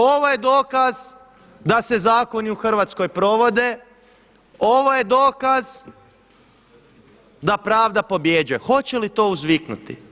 Ovo je dokaz da se zakoni u Hrvatskoj provode, ovo je dokaz da pravda pobjeđuje.“ Hoće li to uzviknuti?